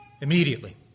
Immediately